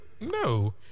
No